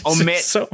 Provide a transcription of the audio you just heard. omit